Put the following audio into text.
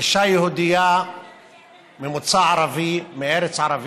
אישה יהודייה ממוצא ערבי, מארץ ערבית,